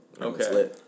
okay